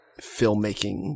filmmaking